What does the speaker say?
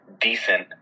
decent